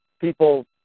people